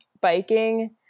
biking